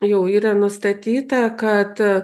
jau yra nustatyta kad